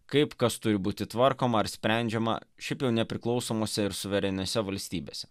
kaip kas turi būti tvarkoma ar sprendžiama šiaip jau nepriklausomose ir suvereniose valstybėse